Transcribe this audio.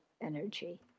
energy